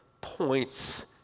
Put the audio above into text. points